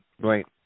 Right